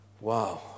Wow